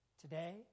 today